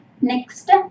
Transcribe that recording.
next